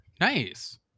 Nice